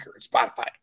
Spotify